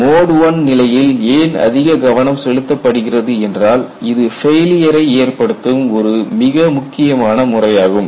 mode I நிலையில் ஏன் அதிக கவனம் செலுத்தப்படுகிறது என்றால் இது ஃபெயிலியரை ஏற்படுத்தும் ஒரு மிக முக்கியமான முறையாகும்